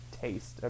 taste